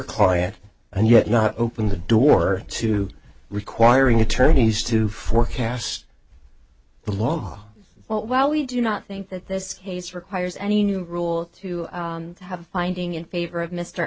client and yet not open the door to requiring attorneys to forecast the law well we do not think that this case requires any new rule to have binding in favor of mr